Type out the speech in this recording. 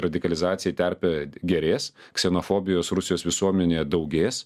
radikalizacijai terpė gerės ksenofobijos rusijos visuomenėje daugės